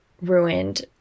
ruined